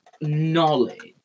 knowledge